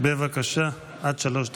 בבקשה, עד שלוש דקות.